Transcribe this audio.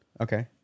Okay